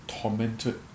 tormented